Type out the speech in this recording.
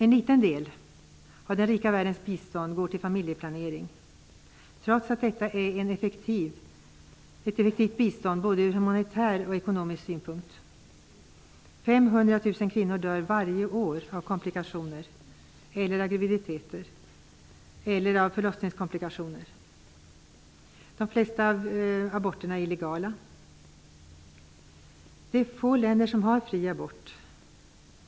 En liten del av den rika världens bistånd går till familjeplanering, trots att detta är effektivt bistånd ur både humanitär och ekonomisk synpunkt. De flesta aborter är illegala. Det är få länder som har fri abort.